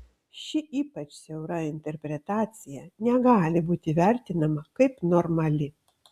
ši ypač siaura interpretacija negali būti vertinama kaip normali